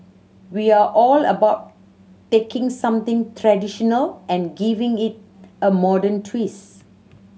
we are all about taking something traditional and giving it a modern twist